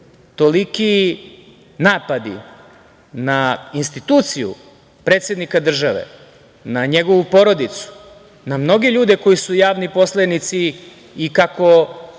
toliki napadi na instituciju predsednika države, na njegovu porodicu, na mnoge ljude koji su javni poslenici i kako